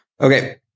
Okay